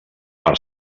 per